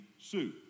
Sue